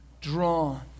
drawn